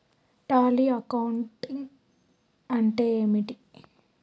Tally accounting అంటే ఏమిటి?